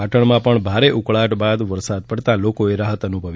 પાટણમાં પણ ભારે ઉકળાટ બાદ વરસાદ પડતાં લોકોએ રાહત અનુભવી હતી